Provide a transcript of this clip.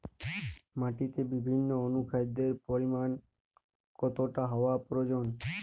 মাটিতে বিভিন্ন অনুখাদ্যের পরিমাণ কতটা হওয়া প্রয়োজন?